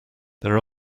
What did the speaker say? there